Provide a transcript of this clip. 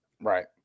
Right